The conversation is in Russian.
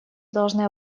должны